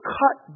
cut